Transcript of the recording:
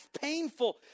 painful